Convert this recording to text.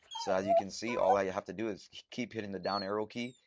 so as you can see, all i have to do is keep hitting the down arrow key.